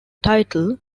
title